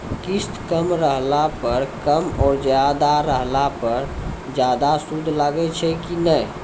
किस्त कम रहला पर कम और ज्यादा रहला पर ज्यादा सूद लागै छै कि नैय?